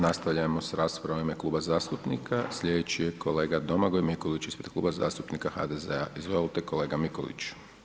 Nastavljamo sa raspravom u ime Kluba zastupnika, sljedeći je kolega Domagoj Mikulić, ispred Kluba zastupnika HDZ-a, izvolite kolega Mikulić.